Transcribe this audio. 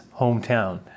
hometown